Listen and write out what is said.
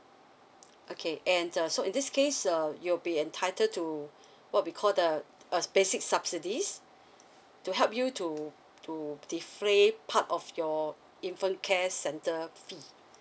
okay and uh so in this case uh you'll be entitled to what we call the a basic subsidies to help you to to defray part of your infant care centre